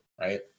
right